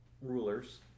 rulers